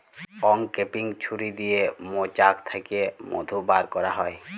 uncapping ছুরি দিয়ে মোচাক থ্যাকে মধু ব্যার ক্যারা হয়